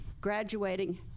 graduating